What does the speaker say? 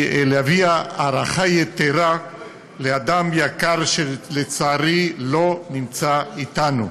מלהביע הערכה יתרה לאדם שלצערי לא נמצא אתנו.